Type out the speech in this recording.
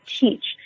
teach